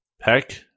Peck